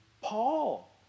Paul